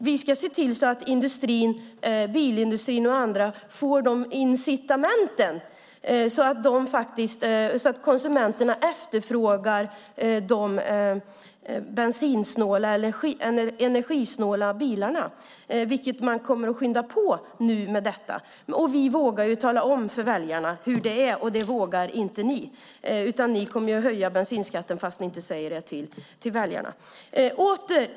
Vi ska se till att bilindustrin och annan industri får incitament, så att konsumenterna efterfrågar de energisnåla bilarna, vilket man kommer att skynda på nu med detta. Vi vågar tala om för väljarna hur det är. Det vågar inte ni. Ni kommer att höja bensinskatten, fast ni inte säger det till väljarna.